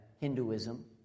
Hinduism